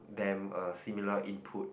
them a similar input